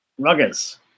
Ruggers